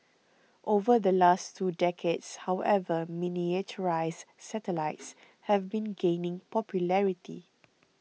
over the last two decades however miniaturised satellites have been gaining popularity